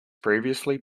previously